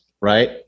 right